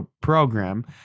program